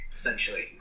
essentially